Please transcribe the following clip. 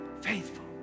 faithful